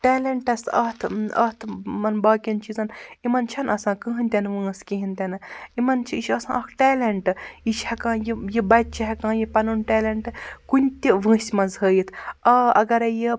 talents تہٕ اَتھ اَتھ یِمَن باقیَن چیٖزَن یِمَن چھَنہٕ آسان کٕہٲنۍ تہِ نہٕ وٲنٛس کِہیٖنۍ تہِ نہٕ یِمَن چھُ یہِ چھُ آسان اَکھ ٹیلیٚنٹ یہِ چھُ ہیٛکان یہِ یہِ بَچہِ چھُ ہیٛکان یہِ پَنُن ٹیلیٚنٹ کُنہِ تہِ وٲنٛسہِ منٛز ہٲیِتھ آ اَگَرٔے یہِ